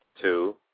two